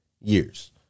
years